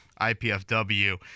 IPFW